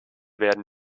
werden